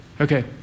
Okay